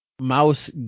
Mouse